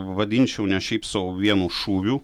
vadinčiau ne šiaip sau vienu šūviu